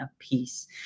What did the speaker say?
apiece